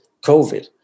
COVID